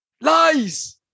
Lies